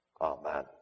Amen